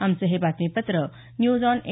आमचं हे बातमीपत्र न्यूज ऑन ए